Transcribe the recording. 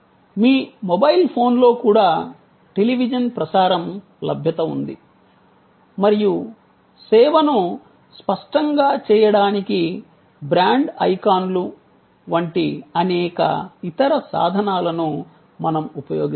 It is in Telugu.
మీ మొబైల్ ఫోన్లో కూడా టెలివిజన్ ప్రసారం లభ్యత వుంది మరియు సేవను స్పష్టంగా చేయడానికి బ్రాండ్ ఐకాన్లు వంటి అనేక ఇతర సాధనాలను మనం ఉపయోగిస్తాము